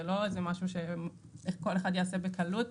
זה לא משהו שכל אחד יעשה בקלות.